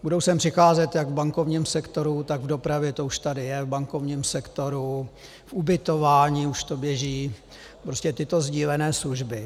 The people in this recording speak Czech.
Budou sem přicházet jak v bankovním sektoru, tak v dopravě, to už tady je v bankovním sektoru, v ubytování už to běží, prostě tyto sdílené služby.